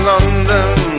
London